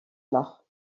alors